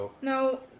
No